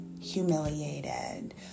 humiliated